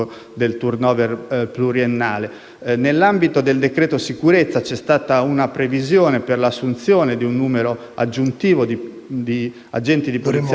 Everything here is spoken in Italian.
Nell'ambito del decreto sicurezza c'è stata una previsione per l'assunzione di un numero aggiuntivo di agenti di polizia penitenziaria. Noi auspichiamo che queste